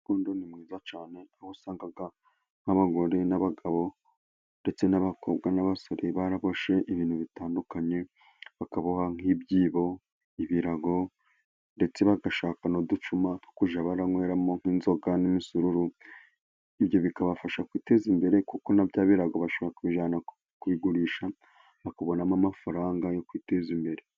Urukundo ni rwiza cyane aho usanga nk'abagore n'abagabo, ndetse n'abakobwa n'abasore baraboshye ibintu bitandukanye, bakaboha nk'ibyibo, ibirago, ndetse bagashaka n'uducuma two kujya banyweramo nk'inzoga n'imisuru. Ibyo bikabafasha kwiteza imbere, kuko n'ibyo birago bashobora kubijyana kubiyigurisha, bakabonamo amafaranga yo kwiteza imbere.